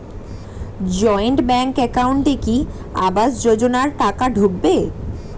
Joint bank একাউন্টে কি আবাস যোজনা টাকা ঢুকবে?